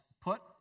put